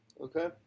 Okay